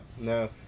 No